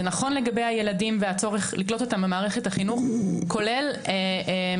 זה נכון לגבי הילדים והצורך לקלוט אותם במערכת החינוך כולל קליטה